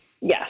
Yes